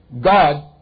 God